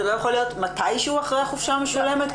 זה לא יכול להיות מתישהו אחרי החופשה המשולמת,